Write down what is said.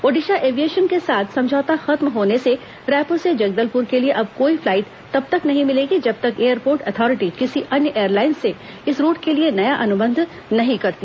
Odisha aviation के साथ समझौता खत्म होने से रायपुर से जगदलपुर के लिए अब कोई फ्लाइट तब तक नहीं मिलेगी जब तक एयरपोर्ट अथॉरिटी किसी अन्य एयरलाइंस से इस रूट के लिए नया अनुवंध नहीं करती